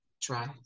try